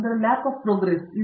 ಪ್ರತಾಪ್ ಹರಿಡೋಸ್ ಸರಿ